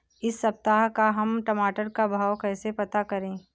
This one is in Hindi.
इस सप्ताह का हम टमाटर का भाव कैसे पता करें?